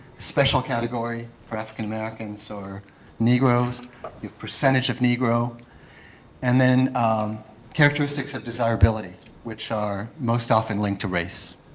special category for african americans or negros the percentage of negros and then characteristics of desirability which are most often linked to race.